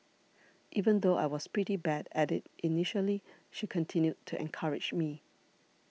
even though I was pretty bad at it initially she continued to encourage me